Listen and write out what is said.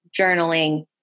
journaling